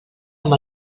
amb